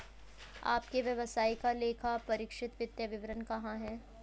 आपके व्यवसाय का लेखापरीक्षित वित्तीय विवरण कहाँ है?